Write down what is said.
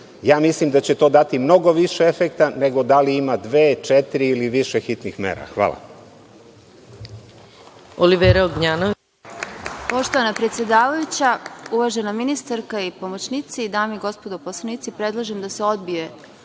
Ja mislim da će to dati mnogo više efekta nego da li ima dve, četiri ili više hitnih mera. Hvala.